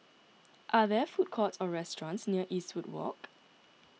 are there food courts or restaurants near Eastwood Walk